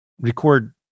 record